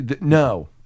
No